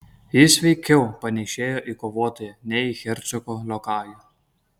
jis veikiau panėšėjo į kovotoją nei į hercogo liokajų